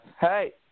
Hey